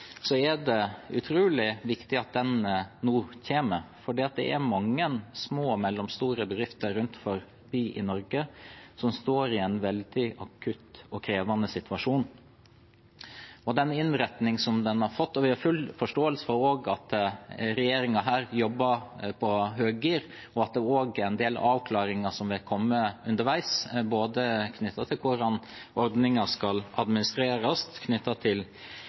så raskt som mulig. Stortinget har også gjort viktige presiseringer og lagt til nye tiltak underveis i behandlingen. Til lånegarantiordningen, som en rekke talere har vært innom: Det er utrolig viktig at den nå kommer, for det er mange små og mellomstore bedrifter rundt om i Norge som står i en veldig akutt og krevende situasjon. Vi har full forståelse for at regjeringen her jobber på høygir, og at det er en del avklaringer som har kommet underveis, knyttet til både hvordan